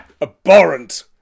Abhorrent